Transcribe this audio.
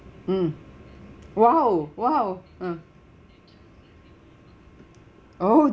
mm !wow! !wow! mm oh